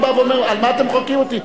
הוא בא ואומר: על מה אתם חוקרים אותי,